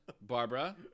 Barbara